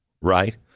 right